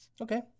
Okay